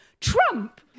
Trump